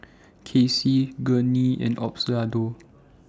Kacey Gurney and Osbaldo